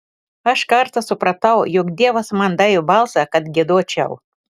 aš kartą supratau jog dievas man davė balsą kad giedočiau